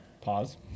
pause